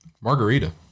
Margarita